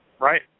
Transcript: Right